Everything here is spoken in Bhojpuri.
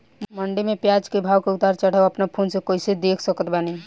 मंडी मे प्याज के भाव के उतार चढ़ाव अपना फोन से कइसे देख सकत बानी?